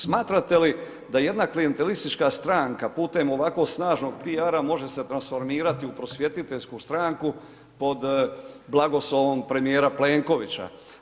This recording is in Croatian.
Smatrate li da jedna klijentelistička stranka putem ovako snažnog PR-a može se transformirati u prosvjetiteljsku stranku pod blagoslovom premijera Plenkovića?